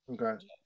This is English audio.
Okay